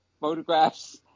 photographs